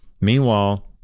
meanwhile